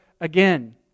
again